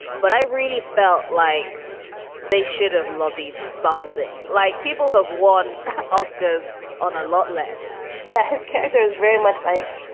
but i really felt like they should have lobbied something like people have won oscars on a lot less yeah. his character is very much like